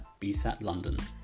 bsatlondon